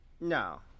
No